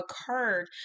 occurred